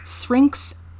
Shrink's